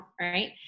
right